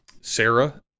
Sarah